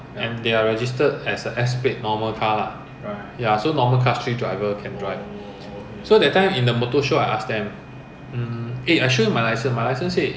and you know in malaysia there is a very popular the hyundai one the hyundai van that seats a lot of people ya that time they couldn't come in partly because of this reason